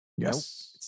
yes